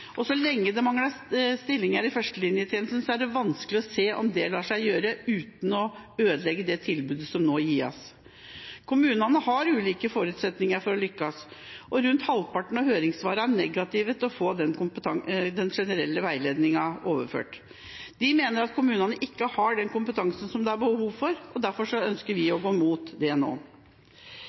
og så lenge det mangler stillinger i førstelinjetjenesten, er det vanskelig å se om dette lar seg gjøre uten å ødelegge det tilbudet som må gis. Kommunene har også ulike forutsetninger for å lykkes, og rundt halvparten av høringssvarene er negative til å få den generelle veiledningen overført, og man mener at kommunene ikke har den kompetansen som det er behov for. Derfor ønsker vi å gå mot dette nå. Det